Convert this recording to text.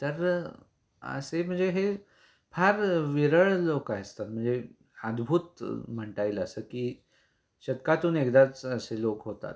तर असे म्हणजे हे फार विरळ लोकं असतात म्हणजे अद्भुत म्हणता येईल असं की शतकातून एकदाच असे लोक होतात